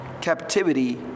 captivity